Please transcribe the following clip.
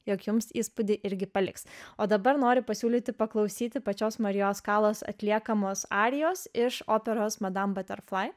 jog jums įspūdį irgi paliks o dabar noriu pasiūlyti paklausyti pačios marijos kalas atliekamos arijos iš operos madam baterflai